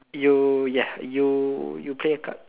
you ya you you play a card